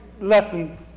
lesson